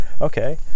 Okay